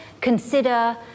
consider